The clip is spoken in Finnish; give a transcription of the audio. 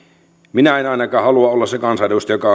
minä en ainakaan halua olla se kansanedustaja